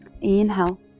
Inhale